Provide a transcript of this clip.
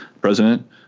president